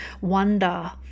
wonder